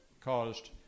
caused